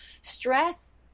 stress